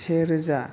से रोजा